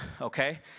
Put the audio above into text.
okay